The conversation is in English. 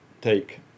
take